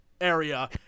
area